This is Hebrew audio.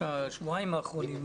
בשבועיים האחרונים,